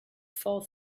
fall